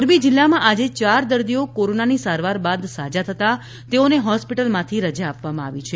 મોરબી જિલ્લા માં આજે ચાર દર્દીઓ કોરોના ની સારવાર બાદ સાજા થતાં તેઓને હોસ્પિટલમાથી રજા આપવામાં આવી છે